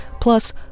plus